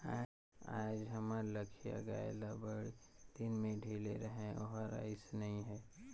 आयज हमर लखिया गाय ल बड़दिन में ढिले रहें ओहर आइस नई हे